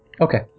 Okay